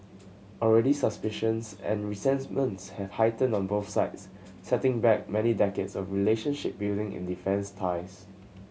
already suspicions and resentments have heightened on both sides setting back many decades of relationship building in defence ties